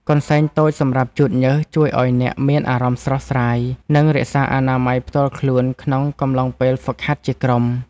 កន្សែងតូចសម្រាប់ជូតញើស ជួយឱ្យអ្នកមានអារម្មណ៍ស្រស់ស្រាយ និងរក្សាអនាម័យផ្ទាល់ខ្លួនក្នុងកំឡុងពេលហ្វឹកហាត់ជាក្រុម។